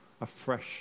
afresh